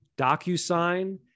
DocuSign